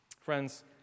Friends